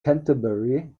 canterbury